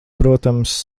protams